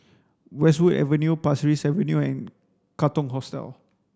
Westwood Avenue Pasir Ris Avenue and Katong Hostel